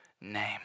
name